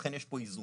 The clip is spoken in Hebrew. ולכן יש פה איזון,